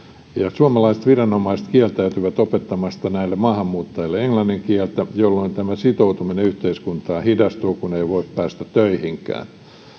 suomalaiset viranomaiset kieltäytyvät opettamasta näille maahanmuuttajille englannin kieltä jolloin tämä sitoutuminen yhteiskuntaan hidastuu kun ei voi päästä töihinkään